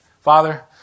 Father